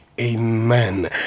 Amen